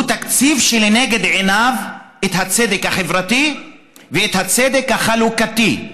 הוא תקציב שלנגד עיניו הצדק החברתי והצדק החלוקתי.